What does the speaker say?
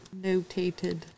Notated